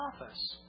office